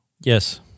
Yes